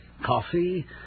Coffee